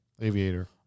aviator